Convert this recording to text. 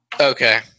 Okay